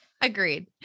Agreed